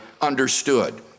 understood